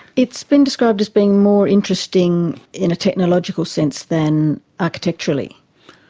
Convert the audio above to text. it's been described as being more interesting in a technological sense than architecturally.